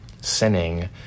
sinning